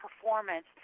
performance